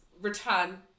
return